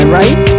right